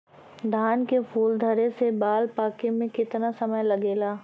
धान के फूल धरे से बाल पाके में कितना समय लागेला?